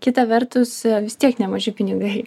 kita vertus vis tiek nemaži pinigai